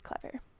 clever